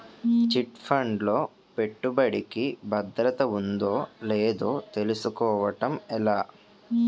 Chit fund లో పెట్టుబడికి భద్రత ఉందో లేదో తెలుసుకోవటం ఎలా?